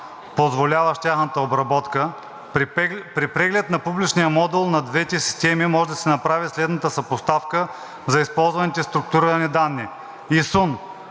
позволяващ тяхната обработка. При преглед на публичния модул на двете системи може да се направи следната съпоставка за използваните структурирани данни. ИСУН.